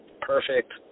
perfect